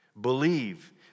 Believe